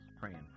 praying